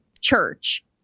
church